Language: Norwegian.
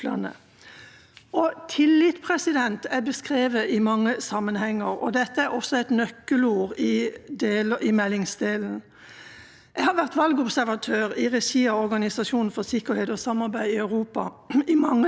Jeg har vært valgobservatør i regi av Organisasjonen for sikkerhet og samarbeid i Europa i mange land der tilliten til valgsystemet er lav. Likevel er ofte selve valggjennomføringen god,